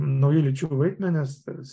nauji lyčių vaidmenys